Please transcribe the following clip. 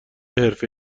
حرفه